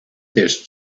this